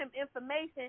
information